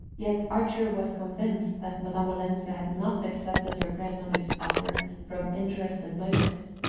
yet archer was convinced that madame olenska had not accepted her grandmother's offer from interested motives.